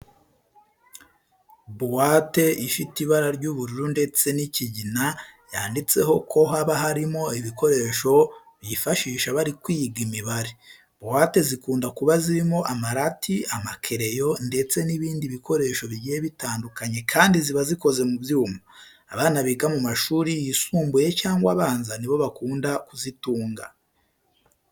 Buwate ifite ibara ry'ubururu ndetse n'ikigina yanditseho ko haba harimo ibikoresho bifashisha bari kwiga imibare. Buwate zikunda kuba zirimo amarati, amakereyo ndetse n'ibindi bikoresho bigiye bitandukanye kandi ziba zikoze mu byuma. Abana biga mu mashuri yisumbuye cyangwa abanza ni bo bakunda kuzitunga.